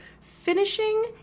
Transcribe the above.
finishing